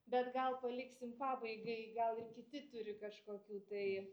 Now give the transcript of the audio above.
bet gal paliksim pabaigai gal ir kiti turi kažkokių tai